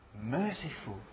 merciful